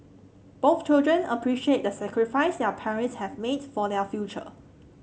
both children appreciate the sacrifice their parents have made for their future